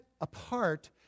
apart